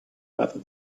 better